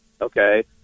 okay